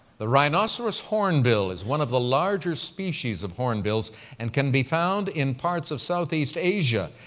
the rhinoceros hornbill is one of the larger species of hornbills and can be found in parts of southeast asia,